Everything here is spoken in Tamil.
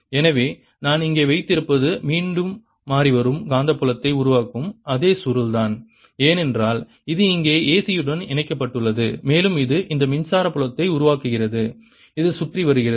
எனவே நான் இங்கே வைத்திருப்பது மீண்டும் மாறிவரும் காந்தப்புலத்தை உருவாக்கும் அதே சுருள் தான் ஏனென்றால் இது இங்கே AC உடன் இணைக்கப்பட்டுள்ளது மேலும் இது இந்த மின்சார புலத்தை உருவாக்குகிறது இது சுற்றி வருகிறது